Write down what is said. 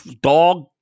dog